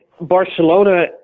Barcelona